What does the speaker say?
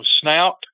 snout